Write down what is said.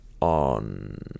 on